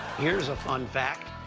here's a fun fact.